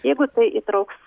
jeigu tai įtrauks